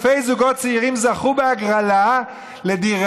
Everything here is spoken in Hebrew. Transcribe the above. ואלפי זוגות צעירים זכו בהגרלה לדירה